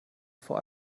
vor